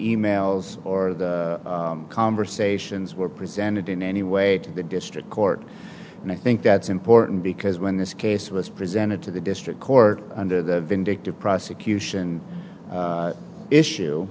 e mails or conversations were presented in any way to the district court and i think that's important because when this case was presented to the district court under the vindictive prosecution issue